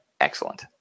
excellent